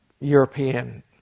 European